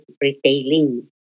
retailing